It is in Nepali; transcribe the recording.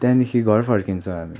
त्यहाँदेखि घर फर्कन्छ हामी